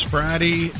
Friday